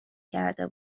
کرده